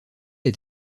est